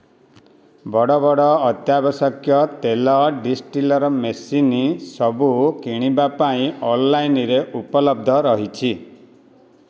ବଡ଼ ବଡ଼ ଅତ୍ୟାବଶ୍ୟକ ତେଲ ଡିଷ୍ଟିଲର୍ ମେସିନ୍ ସବୁ କିଣିବା ପାଇଁ ଅନ୍ଲାଇନ୍ରେ ଉପଲବ୍ଧ ରହିଛି